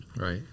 Right